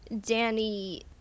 Danny